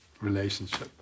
relationship